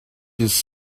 his